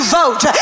vote